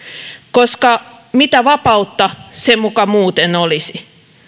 koska mitä vapautta se muka muuten olisi